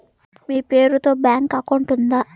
మీ పేరు తో bank account ఉందా?